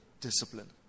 discipline